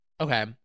Okay